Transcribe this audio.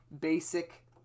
basic